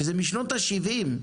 שזה משנות ה-70,